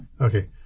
Okay